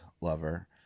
lover